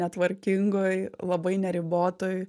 netvarkingoj labai neribotoj